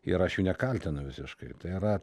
ir aš jų nekaltinu visiškai tai yra